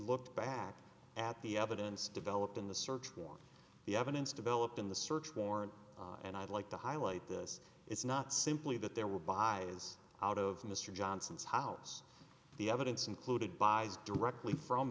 looked back at the evidence developed in the search for the evidence developed in the search warrant and i'd like to highlight this it's not simply that there were buys out of mr johnson's house the evidence included buys directly from